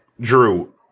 Drew